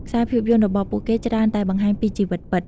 ខ្សែភាពយន្ដរបស់ពួកគេច្រើនតែបង្ហាញពីជីវិតពិត។